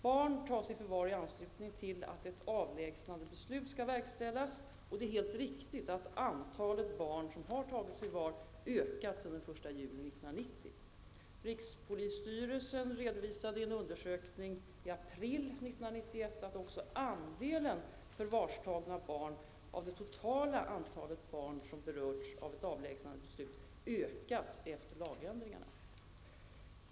Barn tas i förvar i anslutning till att ett avlägsnandebeslut skall verkställas, och det är helt riktigt att antalet barn som tagits i förvar ökat sedan den 1 juli 1990. Rikspolisstyrelsen redovisade i en undersökning i april 1991 att också andelen förvarstagna barn av det totala antalet barn som berörts av ett avlägsnandebeslut ökat efter lagändringarna.